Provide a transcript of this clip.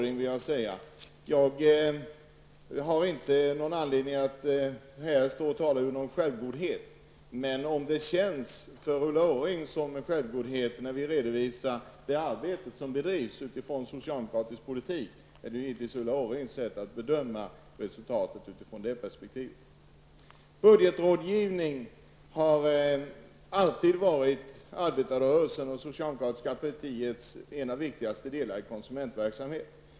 Jag har inte någon anledning, Ulla Orring, att här tala i självgodhet. Om Ulla Orring uppfattar det som självgodhet när jag redovisar det arbete som bedrivs med utgångspunkt i socialdemokratisk politik, beror det givetvis på det perspektiv som Ulla Orring har när hon gör sin bedömning. Budgetrådgivning har alltid varit arbetarrörelsens och socialdemokratiska partiets viktigaste delar i konsumentverksamheten.